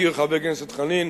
הזכיר חבר הכנסת חנין